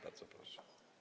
Bardzo proszę.